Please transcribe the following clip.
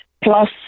Plus